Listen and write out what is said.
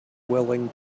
willing